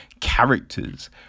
characters